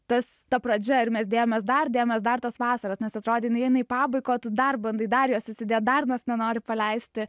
tas ta pradžia ir mes dėjomės dėjomės dar tos vasaros nes atrodė jinai eina į pabaigą o tu dar bandai dar jos įsidėt dar nos nenori paleisti